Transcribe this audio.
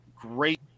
Great